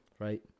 right